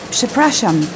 Przepraszam